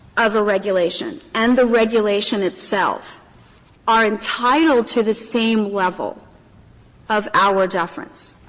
of a regulation and the regulation itself are entitled to the same level of auer deference.